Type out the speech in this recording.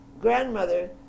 grandmother